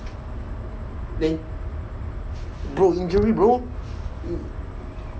then bro injury bro